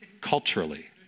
culturally